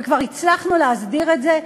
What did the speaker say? וכבר הצלחנו להסדיר את זה.